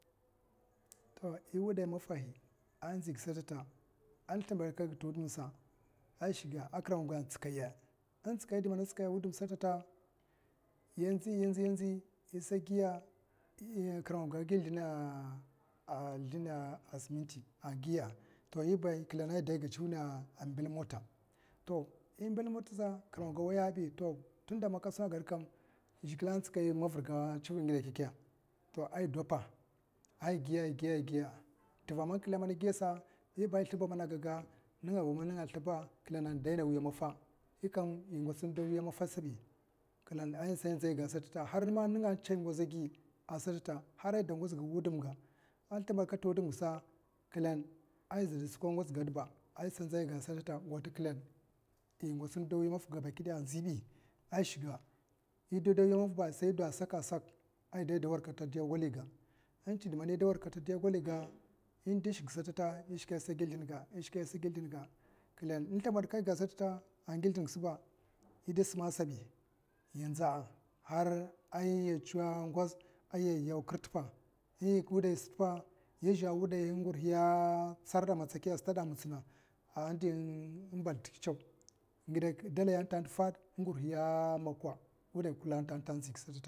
To iwudai maffahi a nziga satata in slimbadkaiga ta wudum sa a kir mamga a tsikaya indi mana tsikaga wudum ta sata yanzi yanzi kirmamga a gi sldina a siminti a giya'a, klin a yiba idaiga tsauid imbel muta to imbul matasa kirmamga a wayabi to yunda kasuma a gaskam zhikle a tsikai sim mavirga a tsivid ngidakekka ai doppa igiya'a igiya'a, mama giyasa yiba i sliba mana gagga ningaba in slibba klang a daina awiya maffa yikam igwatsa inda a wiya maffa sabi kina isa nzaiga sata har mana ninga tsaiya a ngoza'agi satata hara ide ngozga a wudumga. klam aza tsukwa ngozga dibba isa nzaiga sata wat klan i gwats inda wiya maffa gaba dag a nzibi i shikga ida wai maffba sai ida a sak a sak i da warkada diya goliga indiga man ida warkata inda shiki shika isa gi sldinga i shika isa gi slidin klam in slimbada kai ga satata agi slidinga ida sima'a sali inza'a, har i tswa ngoz i yaw kir tippa inyiga wuɗaigasa tippa yizhan wuɗaiya inngurhiya tsarid a matsakiya a stadda a mitsina a dina'a baslita ta tsaw ngidakakke da'aiya fad wuɗaiga tsarad a matsakiya a stadda mitsina izhaangurhi mokwa a dalaihi fad wudaiga kulla ta.